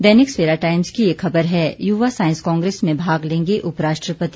दैनिक Savera Times की एक खबर है युवा साइंस कांग्रेस में भाग लेंगे उपराष्ट्रपति